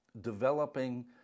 developing